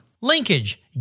Linkage